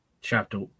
chapter